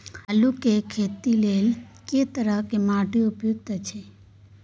आलू के खेती लेल के तरह के माटी उपयुक्त अछि?